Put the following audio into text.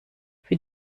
für